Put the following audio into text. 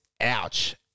Ouch